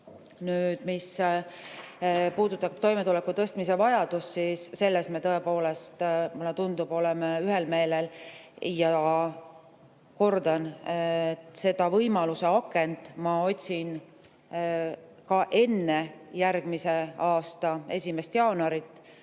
Nüüd, mis puudutab toimetuleku[piiri] tõstmise vajadust, siis selles me tõepoolest, mulle tundub, oleme ühel meelel. Kordan: seda võimaluse akent ma otsin ka enne järgmise aasta 1. jaanuari,